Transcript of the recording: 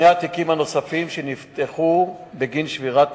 שני התיקים הנוספים שנפתחו בגין שבירת